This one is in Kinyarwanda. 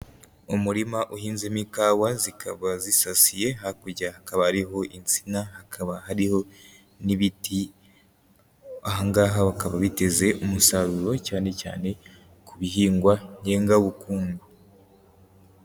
Umurima uhinzemo ikawa zikaba zisasiye, hakurya hakaba hariho insina, hakaba hariho n'ibiti, aha ngaha bakaba biteze umusaruro cyane cyane ku bihingwa ngengabukungu.